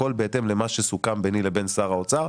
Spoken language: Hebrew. הכול בהתאם למה שסוכם ביני לבין שר האוצר,